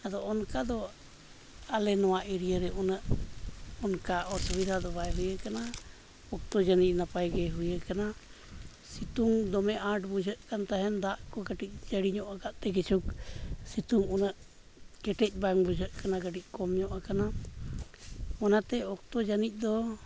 ᱟᱫᱚ ᱚᱱᱠᱟ ᱫᱚ ᱟᱞᱮ ᱱᱚᱣᱟ ᱮᱨᱤᱭᱟ ᱨᱮ ᱩᱱᱟᱹᱜ ᱚᱱᱠᱟ ᱚᱥᱩᱵᱤᱫᱷᱟ ᱫᱚ ᱵᱟᱭ ᱦᱩᱭᱟᱠᱟᱱᱟ ᱚᱠᱛᱚ ᱡᱟᱹᱱᱤᱡᱽ ᱱᱟᱯᱟᱭ ᱜᱮ ᱦᱩᱭᱟᱠᱟᱱᱟ ᱥᱤᱛᱩᱝ ᱫᱚᱢᱮ ᱟᱸᱴ ᱵᱩᱡᱷᱟᱹᱜ ᱠᱟᱱ ᱛᱟᱦᱮᱱ ᱫᱟᱜ ᱠᱚ ᱠᱟᱹᱴᱤᱡᱽ ᱡᱟᱹᱲᱤ ᱧᱚᱜ ᱟᱠᱟᱫᱼᱛᱮ ᱠᱤᱪᱷᱩ ᱥᱤᱛᱩᱝ ᱩᱱᱟᱹᱜ ᱠᱮᱴᱮᱡᱽ ᱵᱟᱝ ᱵᱩᱡᱷᱟᱹᱜ ᱠᱟᱱᱟ ᱠᱟᱹᱴᱤᱡᱽ ᱠᱚᱢᱧᱚᱜ ᱟᱠᱟᱱᱟ ᱚᱱᱟᱛᱮ ᱚᱠᱛᱚ ᱡᱟᱹᱱᱤᱡᱽ ᱫᱚ